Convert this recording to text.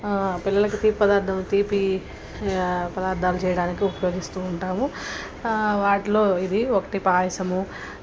పిల్లలకి తీప్ పదార్థం తీపి పదార్థాలు చేయడానికి ఉపయోగిస్తూ ఉంటాము వాటిలో ఇది ఒకటి పాయసము